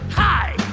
hi.